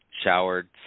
showered